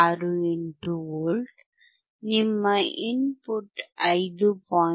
68 V ನಿಮ್ಮ input 5